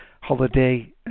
holiday